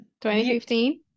2015